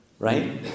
Right